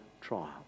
trial